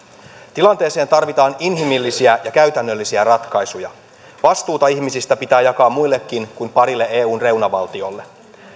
tilanteeseen tarvitaan inhimillisiä ja käytännöllisiä ratkaisuja vastuuta ihmisistä pitää jakaa muillekin kuin parille eun reunavaltiolle